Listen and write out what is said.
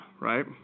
right